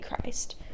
Christ